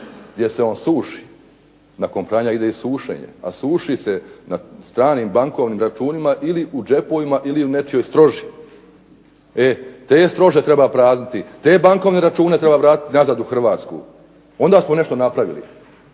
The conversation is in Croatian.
gdje se on suši, nakon pranja ide i sušenje. A suši se na stranim bankovnim računima ili u džepovima ili u nečijoj stroži. E te strože treba prazniti, te bankovne račune treba vratiti nazad u Hrvatsku, onda smo nešto napravili,